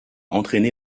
entraîné